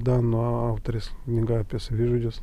danų autorės knyga apie savižudžius